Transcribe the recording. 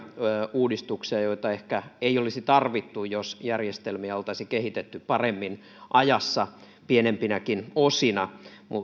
uudistuksia joita ehkä ei olisi tarvittu jos järjestelmiä oltaisiin kehitetty paremmin ajassa pienempinäkin osina